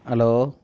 hello